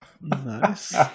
Nice